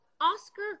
Oscar